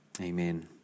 amen